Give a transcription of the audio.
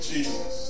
Jesus